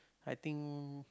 I think